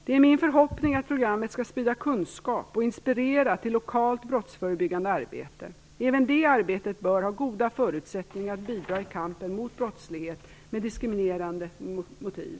Det är min förhoppning att programmet skall sprida kunskap och inspirera till lokalt brottsförebyggande arbete. Även detta arbete bör ha goda förutsättningar att bidra i kampen mot brottslighet med diskriminerande motiv.